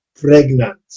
pregnant